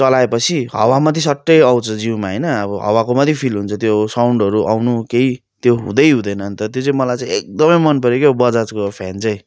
चलायो पछि हावा मात्रै सट्टै आउँछ जिउमा होइन अब हावाको मात्रै फिल हुन्छ त्यो साउन्डहरू आउनु केही त्यो हुँदै हुँदैन अन्त त्यो चाहिँ मलाई चाहिँ एकदमै मन पऱ्यो क्या बजाजको फ्यान चाहिँ